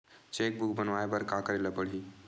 Cheque book बनवाय बर का करे ल पड़हि?